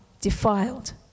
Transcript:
defiled